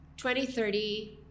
2030